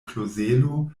klozelo